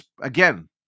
again